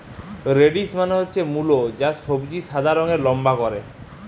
radish মানে হচ্ছে মুলো, যে সবজি সাদা রঙের লম্বা করে